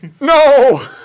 No